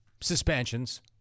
Suspensions